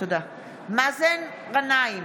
מאזן גנאים,